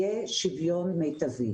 יהיה שוויון מיטבי.